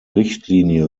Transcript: richtlinie